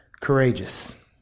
courageous